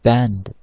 Band